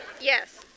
Yes